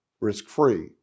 risk-free